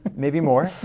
maybe more.